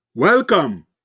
Welcome